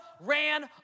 ran